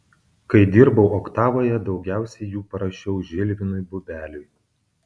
kai dirbau oktavoje daugiausiai jų parašiau žilvinui bubeliui